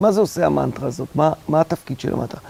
מה זה עושה המנטרה הזאת? מה התפקיד של המנטרה?